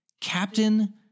Captain